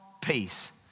Peace